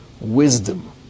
wisdom